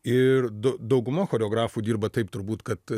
ir du dauguma choreografų dirba taip turbūt kad